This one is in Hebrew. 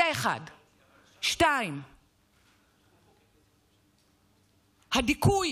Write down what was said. זה, 1. 2. הדיכוי